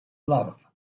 love